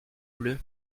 bleus